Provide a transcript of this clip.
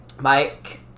Mike